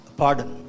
pardon